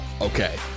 okay